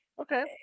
Okay